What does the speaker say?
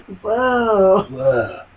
Whoa